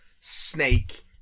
Snake